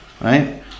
right